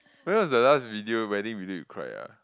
when was the last video wedding video you cried ah